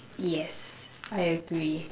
yes I agree